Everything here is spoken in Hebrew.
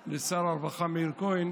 ובמעשיו.